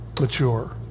mature